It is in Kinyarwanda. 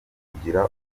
kugira